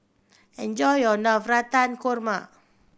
enjoy your Navratan Korma